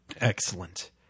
Excellent